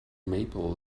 maple